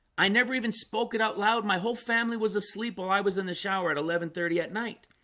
i never even spoke it out loud my whole family was asleep while i was in the shower at eleven thirty at night